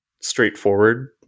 straightforward